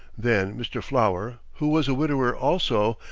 then mr. flower, who was a widower also,